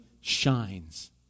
shines